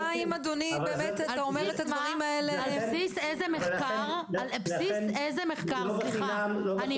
על בסיס איזה מחקר הצגת את